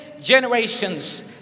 generations